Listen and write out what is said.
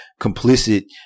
complicit